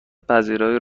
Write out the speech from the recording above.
پذیرایی